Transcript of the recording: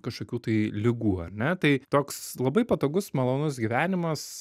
kažkokių tai ligų ar ne tai toks labai patogus malonus gyvenimas